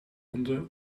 onder